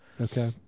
Okay